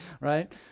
right